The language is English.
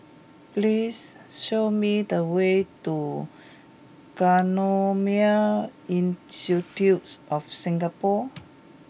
please show me the way to Genome Institute of Singapore